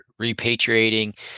repatriating